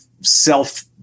self